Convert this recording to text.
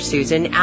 Susan